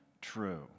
true